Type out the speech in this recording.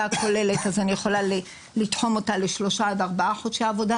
הכוללת אז אני יכולה לתחום אותה לשלושה עד ארבעה חודשי עבודה.